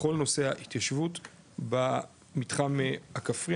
בכל נושא ההתיישבות במתחם הכפרי,